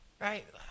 right